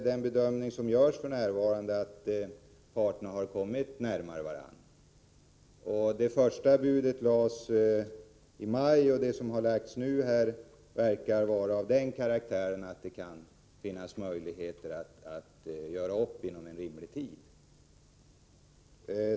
Den bedömning som f.n. görs är att parterna har kommit närmare varandra. Det första budet lades i maj, och det som nu har lagts verkar vara av sådan karaktär att det finns möjligheter att göra upp inom rimlig tid.